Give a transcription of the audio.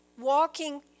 walking